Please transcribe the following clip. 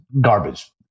Garbage